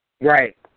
Right